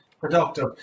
productive